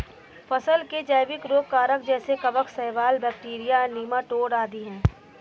फसल के जैविक रोग कारक जैसे कवक, शैवाल, बैक्टीरिया, नीमाटोड आदि है